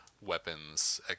weapons